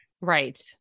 Right